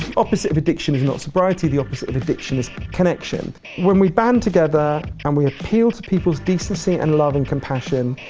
opposite of addiction is not sobriety, the opposite of addiction is connection. when we band together, when and we appeal to people's decency, and love, and compassion,